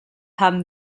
haben